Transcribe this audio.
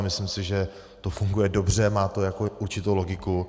Myslím, že to funguje dobře, má to určitou logiku.